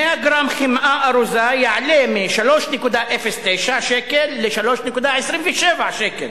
100 גרם חמאה ארוזה יעלו מ-3.09 שקל ל-3.27 שקל,